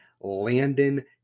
Landon